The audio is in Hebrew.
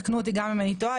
תקנו אותי אם אני טועה,